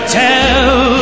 tell